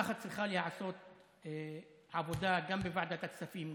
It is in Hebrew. ככה צריכה להיעשות עבודה גם בוועדת הכספים,